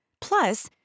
Plus